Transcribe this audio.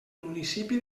municipi